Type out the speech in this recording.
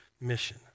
mission